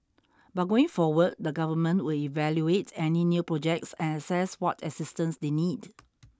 but going forward the Government will evaluate any new projects and assess what assistance they need